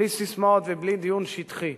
בלי ססמאות ובלי דיון שטחי.